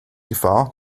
gefahr